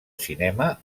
cinema